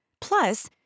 Plus